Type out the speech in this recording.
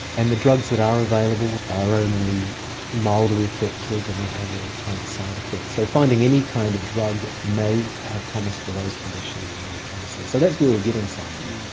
and the drugs that are available are only mildly effective and they have all kinds of side effects. so finding any kind of drug that may have promise for those conditions is very promising. so that's where we're getting somewhere.